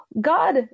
God